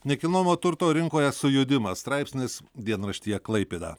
nekilnojamo turto rinkoje sujudimas straipsnis dienraštyje klaipėda